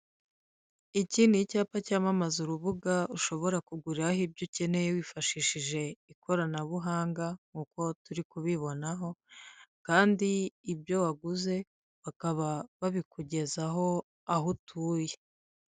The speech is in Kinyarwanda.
Iki ni icyapa cyamamaza urubuga ushobora kugura aho ibyo ukeneye wifashishije ikoranabuhanga nk'uko turi kubibonaho, kandi ibyo waguze bakaba babikugezaho aho utuye.